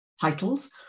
titles